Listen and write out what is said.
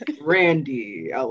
Randy